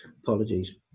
apologies